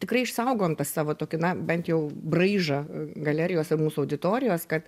tikrai išsaugojom savo tokį na bent jau braižą galerijos ir mūsų auditorijos kad